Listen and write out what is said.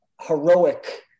heroic